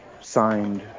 signed